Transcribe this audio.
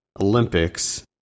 Olympics